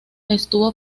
estuvo